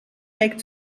week